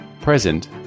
present